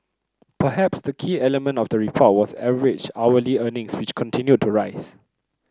perhaps the key element of the report was average hourly earnings which continued to rise